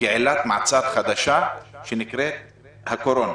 כעילת מעצר חדש שנקראת הקורונה.